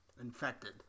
infected